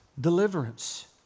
deliverance